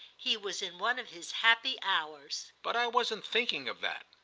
he was in one of his happy hours. but i wasn't thinking of that.